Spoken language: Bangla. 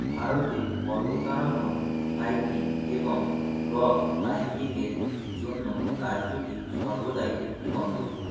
ভারতে পর্বতারোহণ হাইকিং এবং রক ক্লাইম্বিংয়ের জন্য রাজ্যটি সর্বদাই একটি গন্তব্য